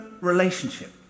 relationship